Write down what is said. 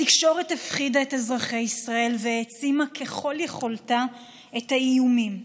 התקשורת הפחידה את אזרחי ישראל והעצימה ככל יכולתה את האיומים.